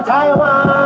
Taiwan